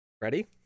ready